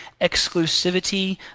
exclusivity